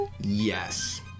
yes